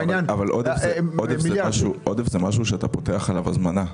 עודף זה משהו שאתה פותח עליו הזמנה.